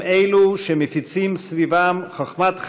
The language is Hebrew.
הם אלו שמפיצים סביבם חוכמת חיים,